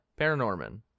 Paranorman